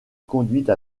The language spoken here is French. conduite